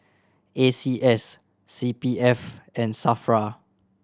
A C S C P F and SAFRA